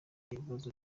ibibazo